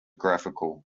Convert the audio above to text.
graphical